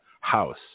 house